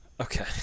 Okay